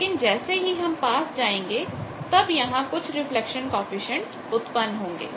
लेकिन जैसे ही हम पास जाएंगे तब यहां कुछ रिफ्लेक्शन कॉएफिशिएंट उत्पन्न होंगे